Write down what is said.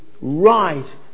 right